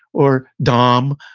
or dom,